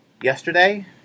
Yesterday